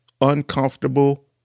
uncomfortable